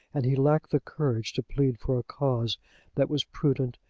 and he lacked the courage to plead for a cause that was prudent,